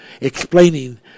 explaining